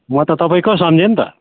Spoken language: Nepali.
म त तपाईँको सम्झेँ नि त